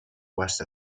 west